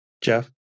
Jeff